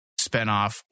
spinoff